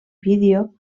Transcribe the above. vídeo